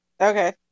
okay